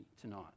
tonight